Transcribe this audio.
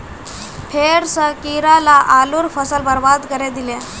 फेर स कीरा ला आलूर फसल बर्बाद करे दिले